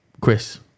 Chris